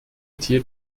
tier